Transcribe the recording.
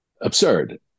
absurd